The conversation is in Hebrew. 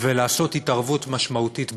ולעשות התערבות משמעותית בהם.